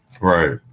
Right